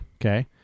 Okay